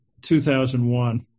2001